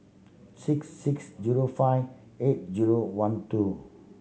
six six zero five eight zero one two